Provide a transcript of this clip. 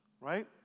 right